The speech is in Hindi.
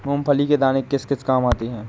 मूंगफली के दाने किस किस काम आते हैं?